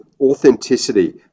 authenticity